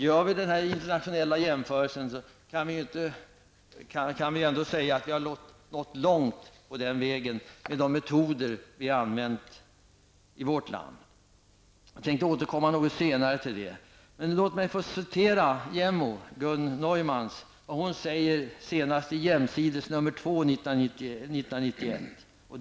Gör vi en internationell jämförelse kan vi i alla fall säga att vi har nått långt med de metoder som vi har använt. Jag tänkte återkomma till detta. Låt mig få citera JämO, Gun Neuman, som har skrivit i det senaste numret av Jämsides 1991:2.